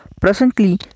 presently